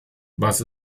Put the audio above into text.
was